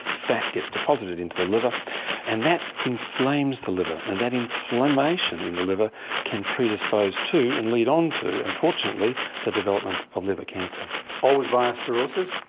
fat gets deposited into the liver and that inflames the liver and that inflammation in the liver can predispose to and lead on to unfortunately the development of liver cancer. always via cirrhosis?